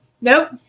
nope